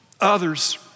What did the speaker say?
others